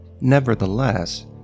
Nevertheless